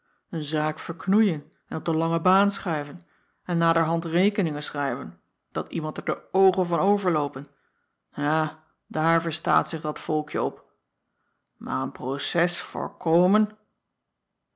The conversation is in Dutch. en zaak verknoeien en op de lange baan schuiven en naderhand rekeningen schrijven dat iemand er de oogen van overloopen ja daar verstaat zich dat volkje op maar een proces voorkomen